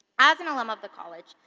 as an alum of the college,